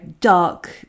dark